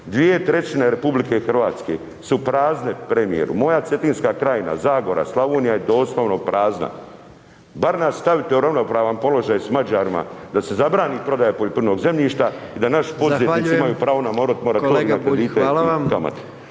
sve cvita u RH. 2/3 RH su prazne premijeru, moja Cetinska krajina, Zagora, Slavonija je doslovno prazna. Bar nas stavite u ravnopravan položaj s Mađarima da se zabrani prodaja poljoprivrednog zemljišta i da naši poduzetnici ima pravo na …/Upadica: Zahvaljujem./…